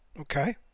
Okay